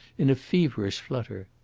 in a feverish flutter.